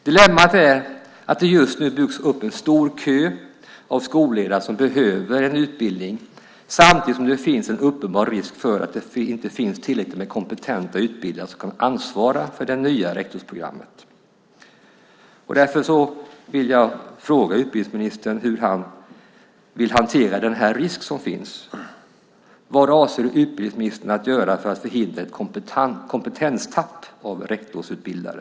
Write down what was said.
Dilemmat är att det just nu byggs upp en stor kö av skolledare som behöver utbildning, samtidigt som risken är uppenbar att det inte finns tillräckligt med kompetenta utbildare som kan ansvara för det nya rektorsprogrammet. Därför vill jag fråga utbildningsministern hur han vill hantera den risk som här finns. Vad avser utbildningsministern att göra för att förhindra ett kompetenstapp av rektorsutbildare?